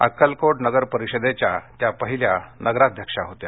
अक्कलकोट नगरपरिषदेच्या त्या पहिल्या नगराध्यक्षा होत्या